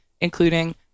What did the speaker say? including